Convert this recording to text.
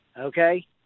Okay